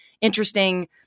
interesting